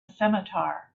scimitar